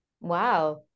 wow